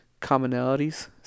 commonalities